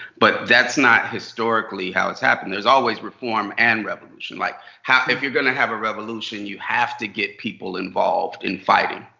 but that's not historically how it's happened. there's always reform and revolution. like if you're gonna have a revolution, you have to get people involved in fighting.